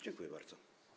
Dziękuję bardzo.